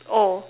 oh